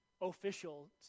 official